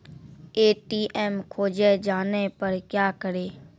ATM खोजे जाने पर क्या करें?